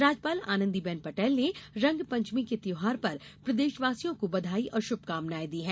राज्यपाल आनंदीबेन पटेल ने रंगपंचमी के त्यौहार पर प्रदेशवासियों को बधाई और शुभकामनाएँ दी हैं